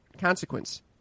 consequence